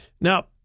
Now